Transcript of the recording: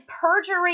perjury